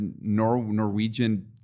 Norwegian